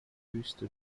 wüste